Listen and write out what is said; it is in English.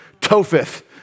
Topheth